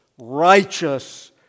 righteous